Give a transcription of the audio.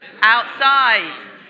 Outside